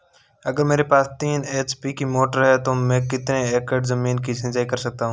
अगर मेरे पास तीन एच.पी की मोटर है तो मैं कितने एकड़ ज़मीन की सिंचाई कर सकता हूँ?